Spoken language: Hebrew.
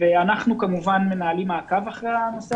ואנחנו כמובן מנהלים מעקב אחרי הנושא